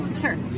Sure